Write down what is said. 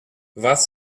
was